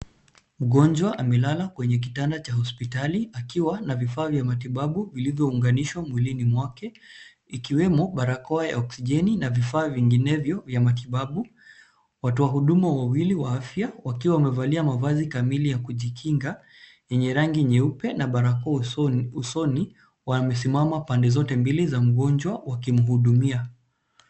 Mgonjwa amelala kwenye kitanda cha hospitali akiwa na vifaa vya matibabu vilivyounganishwa mwilini mwake ikiwemo barakoa ya oksijeni na vifaa vinginevyo vya matibabu. Watu wa huduma wawili wa afya wakiwa wamevalia mavazi kamili ya kujikinga yenye rangi nyeupe na barakoa usoni, wamesimama pande zote mbili za mgonjwa wakimhudumia.